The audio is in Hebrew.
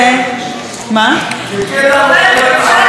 הוא קלקל לנו את הערבייה.